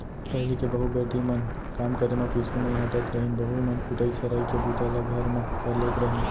पहिली के बहू बेटी मन काम करे म पीछू नइ हटत रहिन, बहू मन कुटई छरई के बूता ल घर म कर लेत रहिन